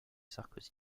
sarkozy